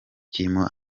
kirimo